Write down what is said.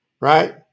right